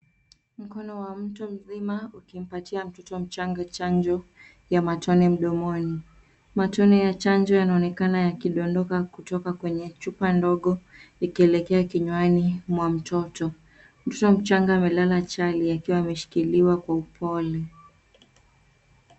Mkono wa mtu mzima ukimpatia mtoto mchanga chanjo ya matone mdomoni. Matone ya chanjo yanaonekana yakidondoka kutoka kwenye chupa ndogo ikielekea kinywani mwa mtoto. Mtoto mchanga amelala chali akiwa ameshikiliwa kwa upole.